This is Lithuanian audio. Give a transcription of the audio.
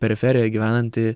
periferijoje gyvenanti